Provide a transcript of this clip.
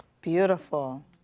Beautiful